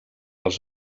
els